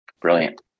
Brilliant